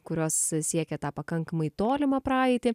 kurios siekia tą pakankamai tolimą praeitį